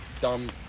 dumb